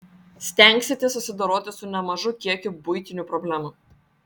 stengsitės susidoroti su nemažu kiekiu buitinių problemų